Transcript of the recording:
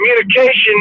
communication